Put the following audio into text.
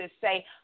say